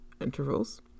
intervals